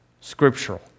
scriptural